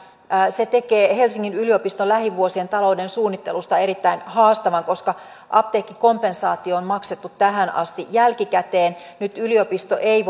se tekee helsingin yliopiston lähivuosien talouden suunnittelusta erittäin haastavan koska apteekkikompensaatio on maksettu tähän asti jälkikäteen nyt yliopisto ei